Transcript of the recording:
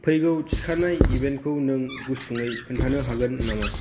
फैगौ थिखानाय इभेन्टखौ नों गुसुङै खोन्थानो हागोन नामा